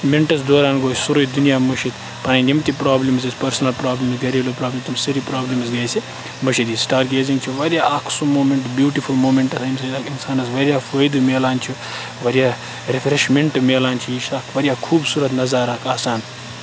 مِنٹَس دوران گوٚو یہِ سورُے دُنیا مٔشیٖتھ پَنٕنۍ یِم تہِ پرٛابلِمٕز ٲسۍ پنٕنۍ پٔرسٕنَل پرٛابلِمٕز گَریلو پرٛابلِم تِم سٲری پرٛابلِمٕز گٔیہِ اَسہِ مٔشِتھ یہِ سِٹار گیزِنٛگ چھُ واریاہ اَکھ سُہ موٗمٮ۪نٛٹہٕ بیٛوٗٹِفُل موٗمٮ۪نٛٹَہٕ اٮ۪نٛجاے اِنسانَس واریاہ فٲیدٕ میلان چھُ واریاہ رِفریشمٮ۪نٛٹ میلان چھُ یہِ چھُ اَکھ واریاہ خوٗبصوٗرت نَظارٕ اَکھ آسان